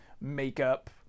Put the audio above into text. makeup